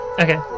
Okay